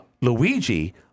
Luigi